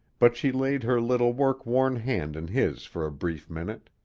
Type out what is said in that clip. but she laid her little work-worn hand in his for a brief minute.